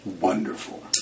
wonderful